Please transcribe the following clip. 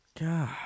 God